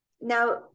Now